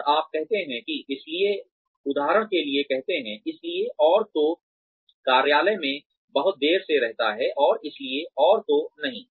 और आप कहते हैं कि इसलिए इसलिए उदाहरण के लिए कहते हैं इसलिए और तो कार्यालय में बहुत देर से रहता है और इसलिए और तो नहीं